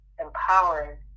empowered